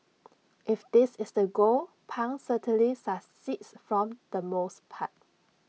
if this is the goal pang certainly succeeds from the most part